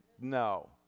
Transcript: No